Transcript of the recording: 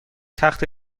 تخت